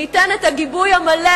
ניתן את הגיבוי המלא,